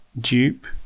Dupe